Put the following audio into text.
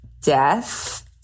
death